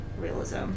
Realism